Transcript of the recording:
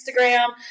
Instagram